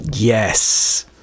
Yes